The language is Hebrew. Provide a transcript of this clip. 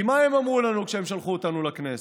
כי מה הם אמרו לנו כשהם שלחו אותנו לכנסת?